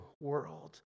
world